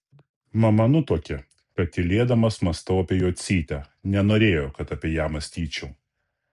mama nutuokė kad tylėdamas mąstau apie jocytę nenorėjo kad apie ją mąstyčiau